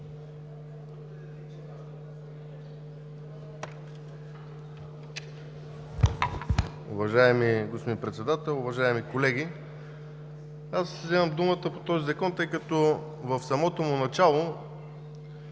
Уважаеми господин Председател, уважаеми колеги! Взимам думата по този закон, тъй като в самото му начало